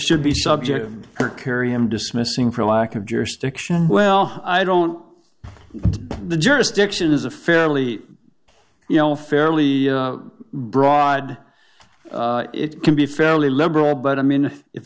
should be subject to carry him dismissing for lack of jurisdiction well i don't know the jurisdiction is a fairly you know fairly broad it can be fairly liberal but i mean i